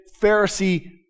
Pharisee